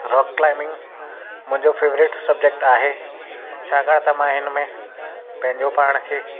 rock climbing मुंहिंजो favourite subject आहे छाकाणि त मां हिन में पंहिंजो पाण खे